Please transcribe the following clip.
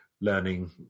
learning